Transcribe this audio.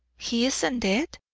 he isn't dead?